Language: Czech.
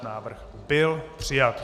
Návrh byl přijat.